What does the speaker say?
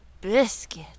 Biscuit